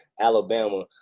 Alabama